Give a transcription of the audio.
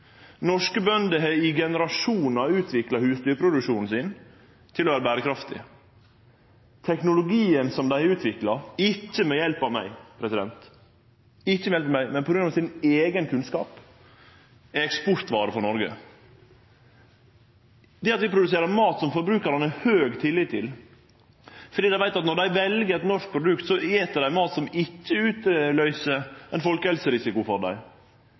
Norske bønder har i generasjonar utvikla husdyrproduksjonen sin til å vere berekraftig. Teknologien som dei har utvikla, ikkje ved hjelp av meg, men ved hjelp av sin eigen kunnskap, er eksportvare for Noreg. Vi produserer mat som forbrukarane har høg tillit til, fordi dei veit at når dei vel eit norsk produkt, et dei mat som ikkje utløyser ein folkehelserisiko for dei.